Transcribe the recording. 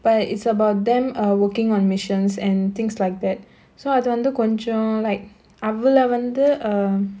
but it's about them err working on missions and things like that so அது வந்து கொஞ்ச:athu vanthu konja like அவள வந்து:avala vanthu um